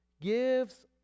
gives